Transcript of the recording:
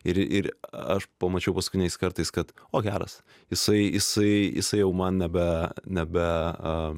ir ir aš pamačiau paskutiniais kartais kad o geras jisai jisai jisai jau man nebe nebe